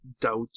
doubt